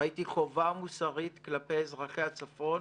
ראיתי חובה מוסרית כלפי אזרחי הצפון